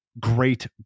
great